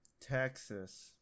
Texas